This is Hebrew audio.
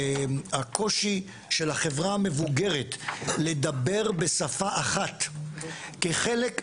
הקושי של החברה המבוגרת לדבר בשפה אחת כחלק,